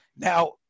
Now